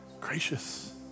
gracious